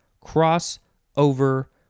cross-over